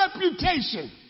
reputation